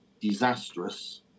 disastrous